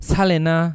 Salena